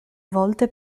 volte